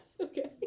Okay